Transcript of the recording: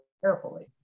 carefully